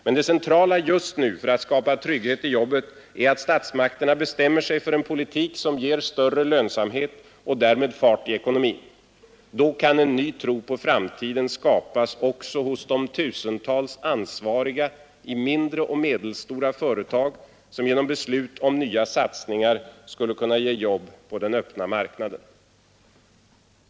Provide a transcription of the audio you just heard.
Men det centrala just nu för att skapa trygghet i jobbe att regeringen går in för en politik som ger större lönsamhet och därmed fart i ekonomin. Då kan en ny tro på framtiden skapas också hos de tusentals Nr 98 ansvariga i mindre och medelstora företag som genom beslut om nya Tisdagen den satsningar skulle kunna ge jobb på den öppna marknaden.